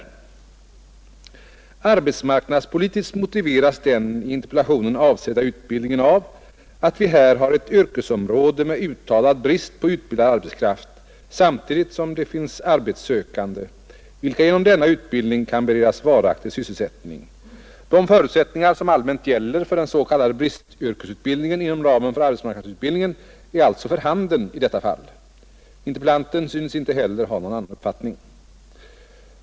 Arbetsmarknadspolitiskt motiveras den i interpellationen avsedda utbildningen av att vi här har ett yrkesområde med uttalad brist på utbildad arbetskraft, samtidigt som det finns arbetssökande, vilka genom denna utbildning kan beredas varaktig sysselsättning. De förutsättningar som allmänt gäller för den s.k. bristyrkesutbildningen inom ramen för arbetsmarknadsutbildningen är alltså för handen i detta fall. Interpellanten synes inte heller ha någon annan uppfattning.